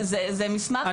זה מסמך עם תוקף משפטי.